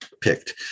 picked